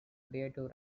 creative